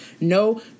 no